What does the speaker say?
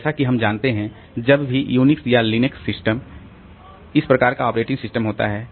तो जैसा कि हम जानते हैं कि जब भी यूनिक्स या लिनक्स सिस्टम इस प्रकार का ऑपरेटिंग सिस्टम होता है